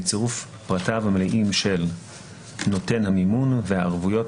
בצירוף פרטיו המלאים של נותן המימון והערבויות,